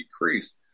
decreased